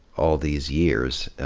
all these years.